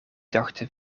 dachten